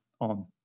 on